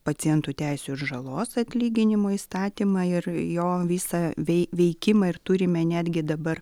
pacientų teisių ir žalos atlyginimo įstatymą ir jo visą vei veikimą ir turime netgi dabar